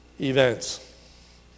events